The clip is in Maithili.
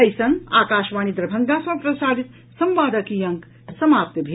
एहि संग आकाशवाणी दरभंगा सँ प्रसारित संवादक ई अंक समाप्त भेल